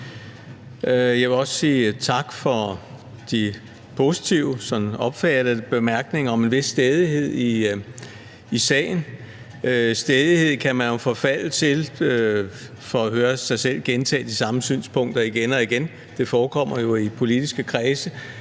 Jeg vil også sige tak for de positive – sådan opfatter jeg det – bemærkninger om en vis stædighed i sagen. Stædighed kan man jo forfalde til for at høre sig selv gentage de samme synspunkter igen og igen – det forekommer jo i politiske kredse.